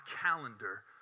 calendar